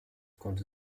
konnte